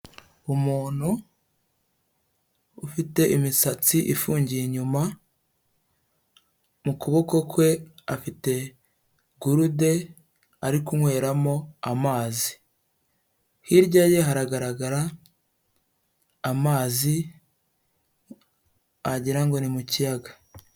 Umuntu ufite imisatsi ifungiye inyuma, mu kuboko kwe afite gurude ari kunyweramo amazi, hirya ye haragaragara amazi wagira ngo ni mu kiyaga.